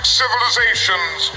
civilizations